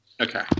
okay